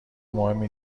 مهمی